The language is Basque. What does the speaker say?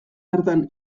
hartan